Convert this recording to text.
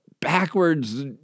backwards